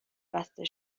بسته